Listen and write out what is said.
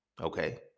Okay